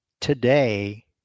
today